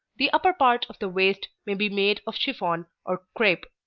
the upper part of the waist may be made of chiffon or crepe,